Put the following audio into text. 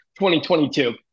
2022